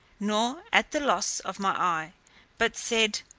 nor at the loss of my eye but said,